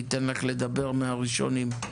ניתן לך לדבר מהראשונים.